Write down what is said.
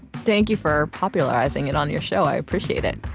thank you for popularizing it on your show, i appreciate it.